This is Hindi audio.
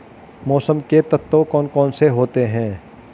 मौसम के तत्व कौन कौन से होते हैं?